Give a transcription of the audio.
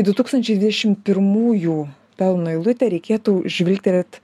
į du tūkstančiai dvidešimt pirmųjų pelno eilutę reikėtų žvilgterėt